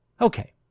Okay